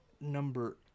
number